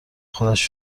خودش